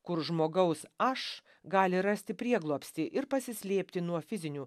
kur žmogaus aš gali rasti prieglobstį ir pasislėpti nuo fizinių